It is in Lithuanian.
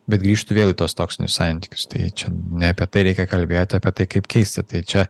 bet grįžtu vėl į tuos toksinius santykius tai čia ne apie tai reikia kalbėti apie tai kaip keista tai čia